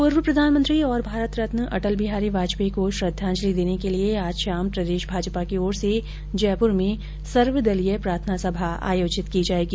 पूर्व प्रधानमंत्री और भारत रत्न अटल बिहारी वाजपेयी को श्रद्वाजंलि देने के लिये आज शाम प्रदेश भाजपा की ओर से जयपुर में सर्वदलीय प्रार्थना सभा आयोजित की जायेगी